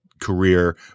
career